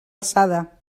alçada